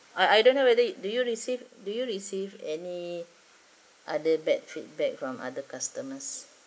I I don't know whether do you receive do you receive any other bad feedback from other customers